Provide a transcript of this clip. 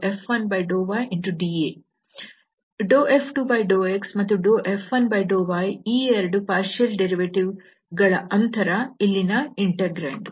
F2∂x ಮತ್ತು F1∂y ಈ ಎರಡು ಭಾಗಶಃ ವ್ಯುತ್ಪನ್ನ ಗಳ ಅಂತರ ಇಲ್ಲಿನ ಇಂಟೆಗ್ರಾಂಡ್